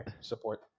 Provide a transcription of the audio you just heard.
support